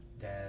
Dad